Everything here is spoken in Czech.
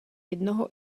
jednoho